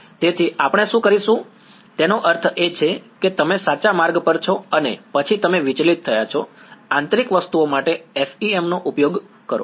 તેથી આપણે શું કરીશું તેનો અર્થ એ છે કે તમે સાચા માર્ગ પર છો અને પછી તમે વિચલિત થયા છો આંતરિક વસ્તુઓ માટે FEM નો ઉપયોગ કરો